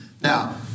Now